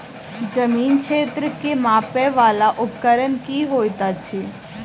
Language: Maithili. जमीन क्षेत्र केँ मापय वला उपकरण की होइत अछि?